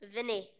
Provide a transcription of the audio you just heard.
Vinny